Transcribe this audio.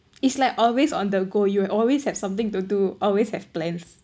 it's like always on the go you will always have something to do always have plans